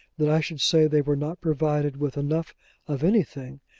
that i should say they were not provided with enough of anything,